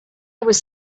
was